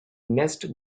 nest